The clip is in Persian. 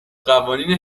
قوانین